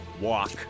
Walk